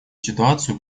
ситуацию